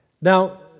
now